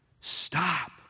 stop